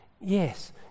yes